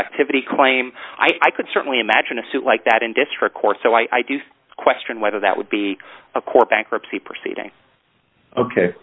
activity claim i could certainly imagine a suit like that in district court so i do question whether that would be a court bankruptcy proceeding